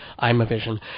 Imavision